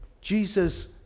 Jesus